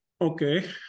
Okay